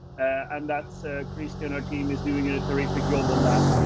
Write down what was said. and that's christy and our team is doing and a terrific job on that.